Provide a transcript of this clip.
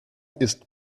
ist